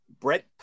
Brett